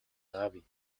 navy